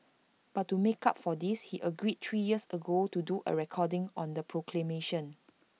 but to make up for this he agreed three years ago to do A recording on the proclamation